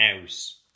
house